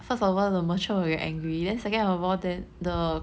first of all the merchant will be angry then second of all then the